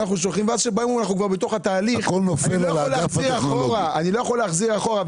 אחר כך באים ואומרים שהם בתוך התהליך ולא יכולים להחזיר אחורה.